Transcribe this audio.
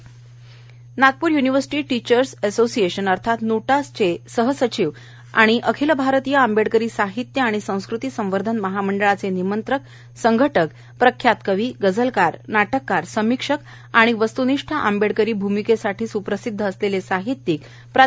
सतेश्वर मोरे निधन Nagpur university teachers असोसिएशनचे सह सचिव तथा अखिल भारतीय आंबेडकरी साहित्य आणि संस्कृती संवर्धन महामंडळाचे निमंत्रक आणि संघटक प्रख्यात कवी गझलकार नाटककार समीक्षक तथा वस्त्निष्ठ आंबेडकरी भूमिकेसाठी सूप्रसिद्ध असलेले साहित्यिक प्रा